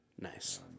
Nice